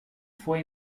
fue